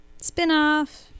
Spinoff